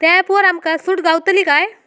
त्या ऍपवर आमका सूट गावतली काय?